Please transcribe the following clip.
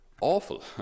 awful